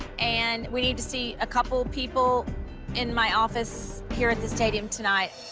and we need to see a couple people in my office here at the stadium tonight.